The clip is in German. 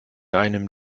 einem